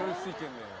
secretly.